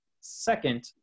second